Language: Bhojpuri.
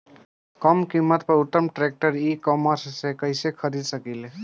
कम कीमत पर उत्तम ट्रैक्टर ई कॉमर्स से कइसे खरीद सकिले?